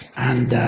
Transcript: and